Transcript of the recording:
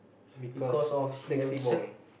because sexy boy